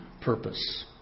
purpose